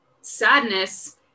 sadness